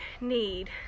need